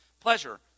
pleasure